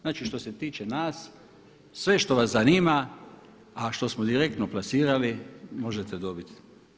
Znači što se tiče nas, sve što vas zanima, a što smo direktno plasirali možete dobiti.